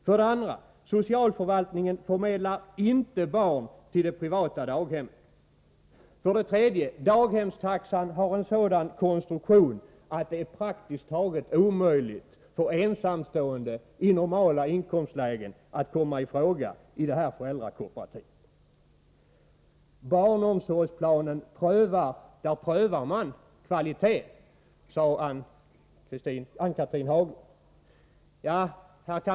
För det andra: Socialförvaltningen förmedlar inte barn till det privata daghemmet. För det tredje: Daghemstaxan har en sådan konstruktion att det praktiskt taget är omöjligt för ensamstående i normala inkomstlägen att komma i fråga i det här föräldrakooperativet. I barnomsorgsplanen prövas ju kvalitet, sade Ann-Cathrine Haglund.